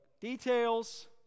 details